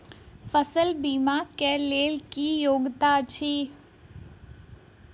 फसल बीमा केँ लेल की योग्यता अछि?